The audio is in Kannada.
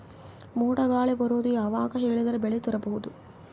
ಮೋಡ ಗಾಳಿ ಬರೋದು ಯಾವಾಗ ಹೇಳಿದರ ಬೆಳೆ ತುರಬಹುದು?